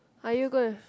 are you go and